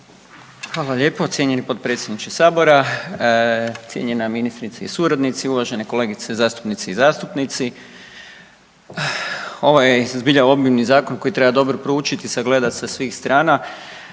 Hvala lijepo cijenjeni potpredsjedniče Sabora. Cijenjena ministrice i suradnici, uvažene kolegice zastupnice i zastupnici. Ovo je zbilja obimni zakon koji treba dobro proučiti i sagledati sa svih strana.